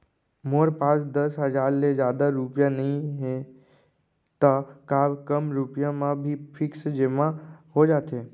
मोर पास दस हजार ले जादा रुपिया नइहे त का कम रुपिया म भी फिक्स जेमा हो जाथे?